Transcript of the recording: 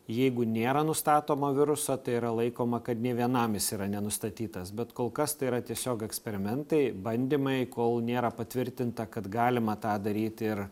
jeigu nėra nustatoma viruso tai yra laikoma kad nė vienam jis yra nenustatytas bet kol kas tai yra tiesiog eksperimentai bandymai kol nėra patvirtinta kad galima tą daryti ir